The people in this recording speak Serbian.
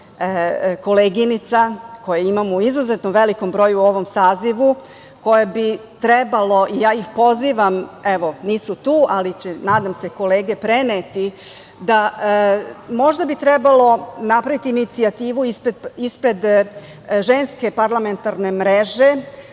koleginica koje imamo u izuzetno velikom broju u ovom sazivu, koje bi trebalo, ja ih pozivam, evo nisu tu ali će nadam se kolege preneti. Možda bi trebalo napraviti inicijativu ispred Ženske parlamentarne mreže,